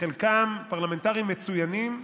שחלקם פרלמנטרים מצוינים,